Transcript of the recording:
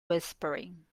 whispering